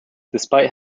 despite